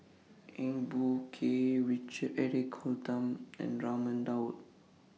Eng Boh Kee Richard Eric Holttum and Raman Daud